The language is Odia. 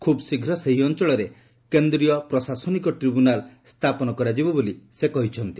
ଖୁବ୍ ଶୀଘ୍ର ସେହି ଅଞ୍ଚଳରେ କେନ୍ଦ୍ରୀୟ ପ୍ରଶାସନିକ ଟ୍ରିବ୍ୟୁନାଲ୍ ସ୍ଥାପନ କରାଯିବ ବୋଲି ସେ କହିଛନ୍ତି